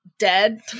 dead